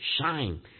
shine